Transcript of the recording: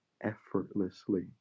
effortlessly